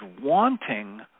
wanting